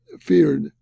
feared